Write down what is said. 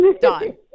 done